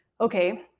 okay